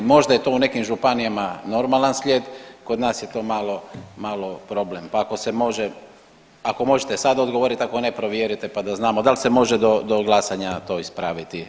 Možda je to u nekim županijama normalan slijed, kod nas je to malo problem, pa ako se može, ako možete sad odgovorit ako ne provjerite pa da znamo dal se može do glasanja to ispraviti.